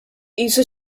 qisu